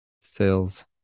sales